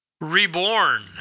Reborn